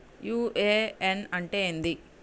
UAN అంటే ఏంది?